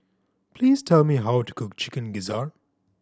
please tell me how to cook Chicken Gizzard